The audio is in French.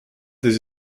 des